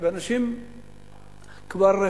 ואנשים כבר,